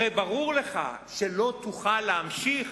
הרי ברור לך שלא תוכל להמשיך